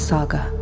Saga